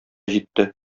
җитте